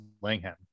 Langham